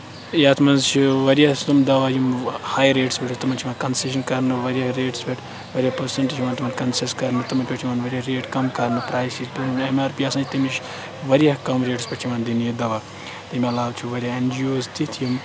یَتھ منٛز چھُ واریاہ تِم دَوا یِم ہاے ریٹس پٮ۪ٹھ تِمَن چھِ یِوان کَنسیشَن کَرنہٕ واریاہ ریٹَس پٮ۪ٹھ واریاہ پٔرسَنٛٹ چھِ یِوان تِمَن کَنسیٚش کَرنہٕ تِمَن پٮ۪ٹھ چھِ یِوان واریاہ ریٹ کَم کَرنہٕ پرٛایِس اٮ۪م آر پی آسان تمِچ واریاہ کَم ریٹَس پٮ۪ٹھ چھِ یِوان دِنہٕ یہِ دَوا تمہِ عَلاوٕ چھِ واریاہ اٮ۪ن جی اوز تِتھۍ یِم